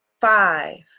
five